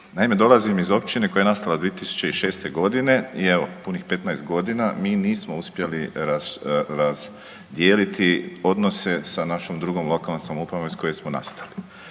Naime dolazim iz općine koja je nastala 2006.g. i evo punih 15.g. mi nismo uspjeli razdijeliti odnose sa našom drugom lokalnom samoupravom iz koje smo nastali.